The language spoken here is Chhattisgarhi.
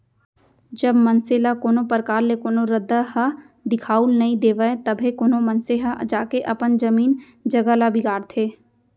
जब मनसे ल कोनो परकार ले कोनो रद्दा ह दिखाउल नइ देवय तभे कोनो मनसे ह जाके अपन जमीन जघा ल बिगाड़थे